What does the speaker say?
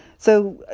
so,